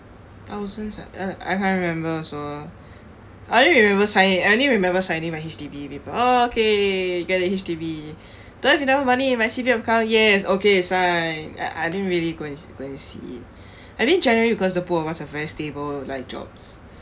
our stamps that uh I can't remember also I only remember signing I only remember signing my H_D_B paper oh okay get a H_D_B do I have enough money in my C_P_F account yes okay sign I I didn't really go and go and see it I mean generally because the both of us have very stable like jobs